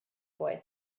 boy